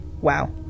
Wow